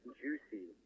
juicy